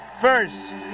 first